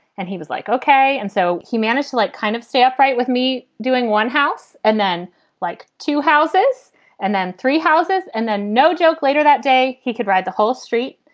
and he was like, ok. and so he managed to like kind of stay upright with me doing one house and then like two houses and then three houses and then no joke. later that day he could ride the whole street.